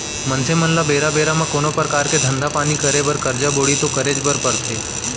मनसे मन ल बेरा बेरा म कोनो परकार के धंधा पानी करे बर करजा बोड़ी तो करेच बर परथे